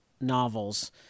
novels